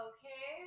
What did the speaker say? Okay